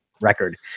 record